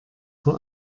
vor